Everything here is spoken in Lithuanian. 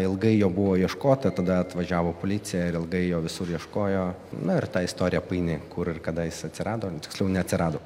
ilgai jo buvo ieškota tada atvažiavo policija ir ilgai jo visur ieškojo na ir ta istorija paini kur ir kada is atsirado tiksliau neatsirado